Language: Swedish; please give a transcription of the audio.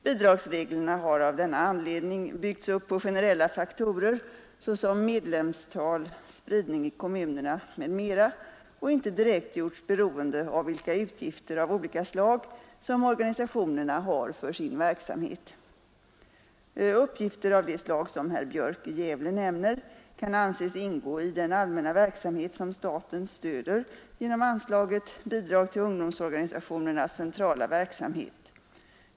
Bidragsreglerna har av denna anledning byggts upp på generella faktorer, såsom medlemsantal, spridning i kommunerna m, m., och inte direkt gjorts beroende av vilka utgifter av olika slag som organisationerna har för sin Uppgifter av det slag som herr Björk i Gävle nämner kan anses ingå i den allmänna verksamhet som staten stöder genom anslaget Bidrag till ungdomsorganisationernas centrala verksamhet.